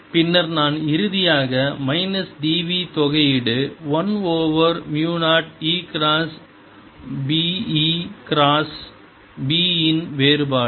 பின்னர் நான் இறுதியாக மைனஸ் dv தொகையீடு 1 ஓவர் மு 0 E cross B E cross B இன் வேறுபாடு